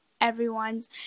everyone's